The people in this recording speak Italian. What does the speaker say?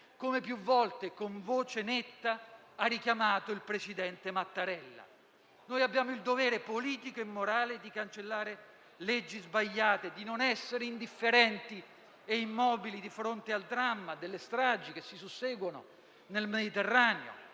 come più volte, con voce netta, ha richiamato il presidente Mattarella. Noi abbiamo il dovere politico e morale di cancellare leggi sbagliate, di non essere indifferenti e immobili di fronte al dramma delle stragi che si susseguono nel Mediterraneo.